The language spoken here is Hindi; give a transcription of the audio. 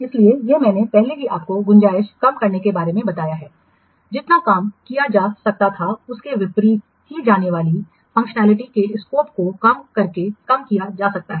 इसलिए यह मैंने पहले ही आपको गुंजाइश कम करने के बारे में बताया है जितना काम किया जा सकता था इसे वितरित की जाने वाली कार्यक्षमता के स्कोप को कम करके कम किया जा सकता है